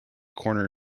corner